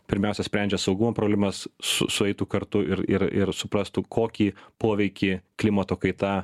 pirmiausia sprendžia saugumo problemas su sueitų kartu ir ir ir suprastų kokį poveikį klimato kaita